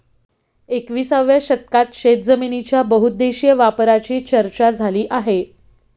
एकविसाव्या शतकात शेतजमिनीच्या बहुउद्देशीय वापराची चर्चा झाली आहे